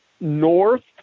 north